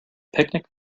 picnic